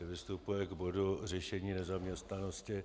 Že vystupuje k bodu řešení nezaměstnanosti.